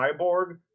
cyborg